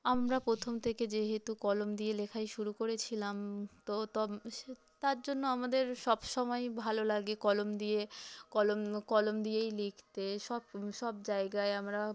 আমরা প্রথম থেকে যেহেতু কলম দিয়ে লেখাই শুরু করেছিলাম তো তো সে তার জন্য আমাদের সব সময়ই ভালো লাগে কলম দিয়ে কলম দিয়েই লিখতে সব জায়গায় আমরা